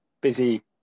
busy